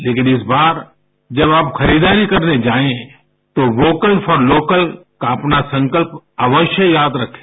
लेकिनइस बार जब आप खरीदारी करने जायें तो वोकल फॉर लोकलश का अपना संकल्प अवश्य यादरखें